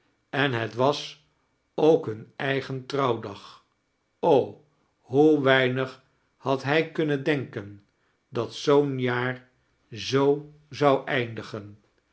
en het was ook hun eigen trouwdag o hoe weinig had hij kunnen denken dat zoo'n jaar zoo zou eindigen